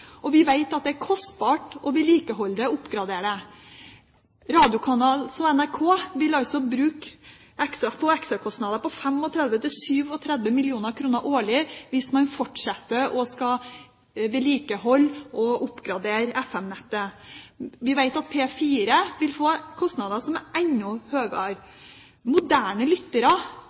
Vi vet at det er kostbart å vedlikeholde det og oppgradere det. NRK vil altså få ekstrakostnader på 35–37 mill. kr årlig hvis man skal fortsette å vedlikeholde og oppgradere FM-nettet. Vi vet at P4 vil få kostnader som er enda høyere. Moderne lyttere